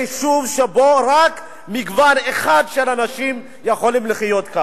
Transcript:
יישוב שבו רק אנשים מגוון אחד יכולים לחיות.